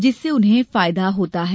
जिससे उन्हें फायदा होता है